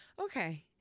okay